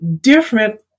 different